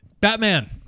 Batman